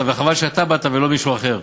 וחבל שאתה באת ולא מישהו אחר.